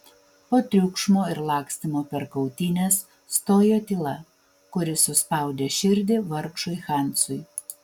po triukšmo ir lakstymo per kautynes stojo tyla kuri suspaudė širdį vargšui hansui